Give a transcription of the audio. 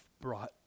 brought